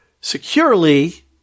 securely